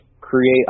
create